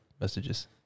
messages